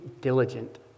diligent